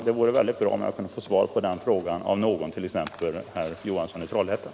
Det vore bra om jag kunde få svar på dessa frågor av någon, t.ex. av herr Johansson i Trollhättan.